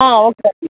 okay